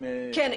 מח"ש.